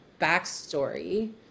backstory